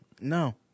No